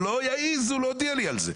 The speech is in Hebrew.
שלא יעזו להודיע לי על כך.